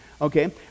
Okay